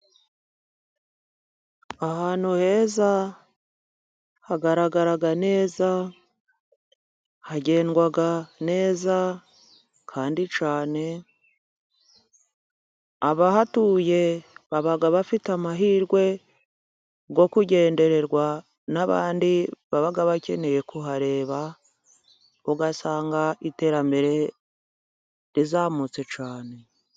Ahantu heza hagaragara neza, hagendwa neza kandi cyane. Abahatuye baba bafite amahirwe yo kugendererwa n'abandi baba bakeneye kuhareba, ugasanga iterambere rizamutse cyane.